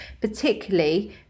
particularly